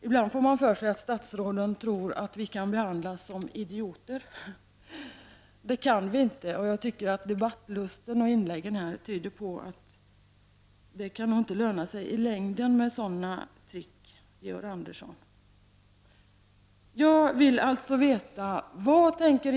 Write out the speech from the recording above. Ibland får man för sig att statsråden tror att vi kan behandlas som idioter. Det kan vi inte, och jag tycker att debattlusten och inläggen här tyder på att det inte kan löna sig i längden med sådana trick, Georg Andersson. t.o.m. utökas?